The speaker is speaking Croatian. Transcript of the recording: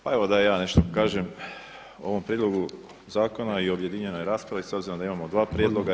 Pa evo da i ja nešto kažem o ovom prijedlogu zakona i o objedinjenoj raspravi s obzirom da imamo dva prijedloga.